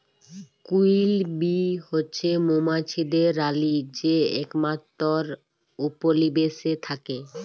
queen bee হছে মোমাছিদের রালী যে একমাত্তর উপলিবেশে থ্যাকে